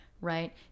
right